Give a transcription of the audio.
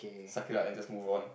suck it up and just move on